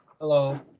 Hello